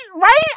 Right